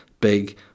big